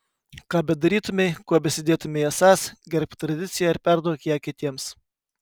ką bedarytumei kuo besidėtumei esąs gerbk tradiciją ir perduok ją kitiems